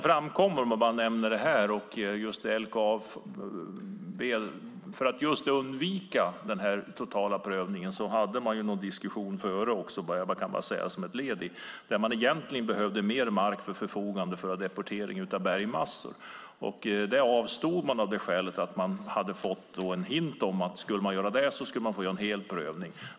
För att undvika den totala prövningen hade man också någon diskussion tidigare om att man egentligen behövde mer mark till förfogande för deportering av bergmassor. Man avstod av det skälet att man hade fått en hint om att om man skulle göra det skulle det behövas en hel prövning.